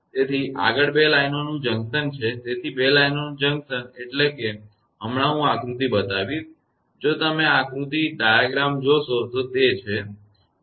તેથી આગળ બે લાઇનોનું જંકશન છે તેથી બે લાઇનોનું જંકશન એટલે કે હમણાં હું આકૃતિ બતાવીશ જો તમે ડાયાગ્રામઆકૃતિ જોશો તો તે છે